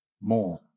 More